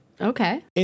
Okay